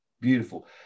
beautiful